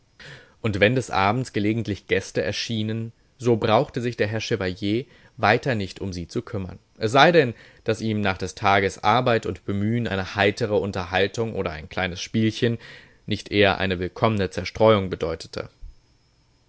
und wenn des abends gelegentlich gäste erschienen so brauchte sich der herr chevalier weiter nicht um sie zu kümmern es sei denn daß ihm nach des tages arbeit und bemühen eine heitre unterhaltung oder ein kleines spielchen nicht eher eine willkommene zerstreuung bedeutete